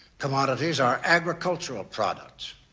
commodities are agricultural products,